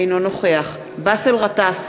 אינו נוכח באסל גטאס,